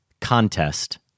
contest